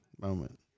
moment